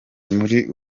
muri